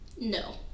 No